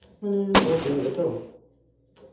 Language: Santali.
ᱢᱟᱱᱮ ᱵᱷᱳᱴ ᱦᱩᱭᱩᱜ ᱟᱛᱚ